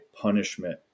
punishment